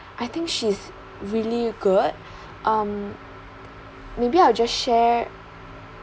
I think she's really good um maybe I'll just share